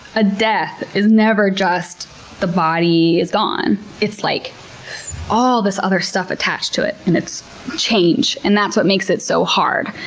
a death is never just the body is gone it's like all this other stuff attached to it. and it's change, and that's what makes it so hard,